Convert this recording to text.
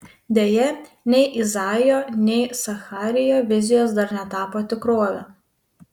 deja nei izaijo nei zacharijo vizijos dar netapo tikrove